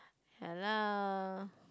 ya lah